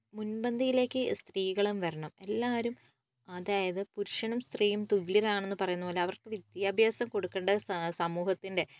മുൻപന്തിയിലേക്ക് സ്ത്രീകളും വരണം എല്ലാവരും അതായത് പുരുഷനും സ്ത്രീയും തുല്യരാണെന്ന് പറയുന്നത് പോലെ അവർക്ക് വിദ്യാഭ്യാസം കൊടുക്കേണ്ടത് സമൂഹത്തിൻ്റെ